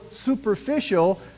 superficial